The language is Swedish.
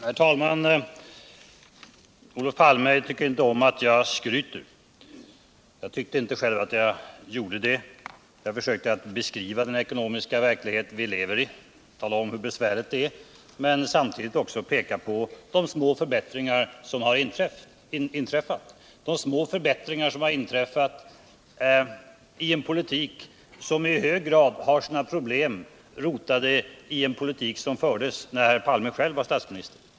Herr talman! Olof Palme tycker inte om att jag skryter. Jag tyckte inte själv att jag gjorde det. Jag försökte att beskriva den ekonomiska verklighet vi lever i och tala om hur besvärligt det är. Men samtidigt försökte jag peka på de små förbättringar som har inträffat i en politik, som i hög grad har sina problem rotade i en tid när Olof Palme var statsminister.